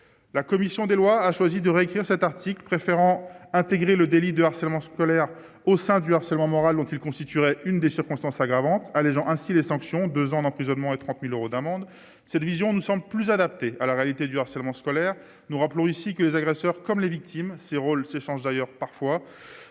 la commission des lois a choisi de réunir cet article préférant intégrer le délit de harcèlement scolaire au sein du harcèlement moral dont ils constitueraient une des circonstances aggravantes, allégeant ainsi les sanctions, 2 ans d'emprisonnement et 30000 euros d'amende cette vision ne sommes plus adaptées à la réalité du harcèlement scolaire nous rappelons ici que les agresseurs comme les victimes ses rôles ce sens d'ailleurs parfois